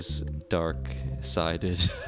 dark-sided